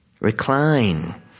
Recline